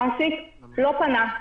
המעסיק לא פנה,